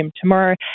tomorrow